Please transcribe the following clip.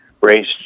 race